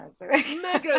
mega